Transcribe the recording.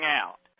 out